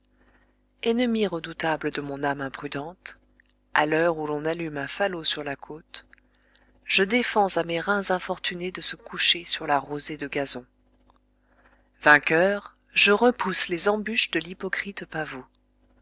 ennemi redoutable de mon âme imprudente à l'heure où l'on allume un falot sur la côte je défends à mes reins infortunés de se coucher sur la rosée de gazon vainqueur je repousse les embûches de l'hypocrite pavot